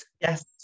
Yes